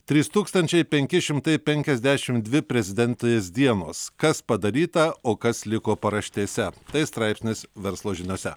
trys tūkstančiai penki šimtai penkiasdešim dvi prezidentės dienos kas padaryta o kas liko paraštėse tai straipsnis verslo žiniose